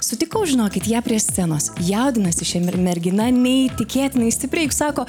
sutikau žinokit ją prie scenos jaudinasi ši mergina neįtikėtinai stipriai sako